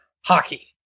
hockey